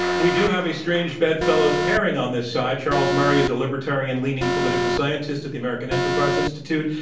we do have a strange bedfellow paring on this side. charles murray is a libertarian-leaning political scientist at the american enterprise institute.